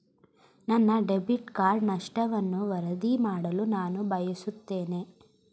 ನನ್ನ debit card ನಷ್ಟವನ್ನು ವರದಿ ಮಾಡಲು ನಾನು ಬಯಸುತ್ತೇನೆ